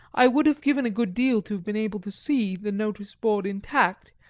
i would have given a good deal to have been able to see the notice-board intact,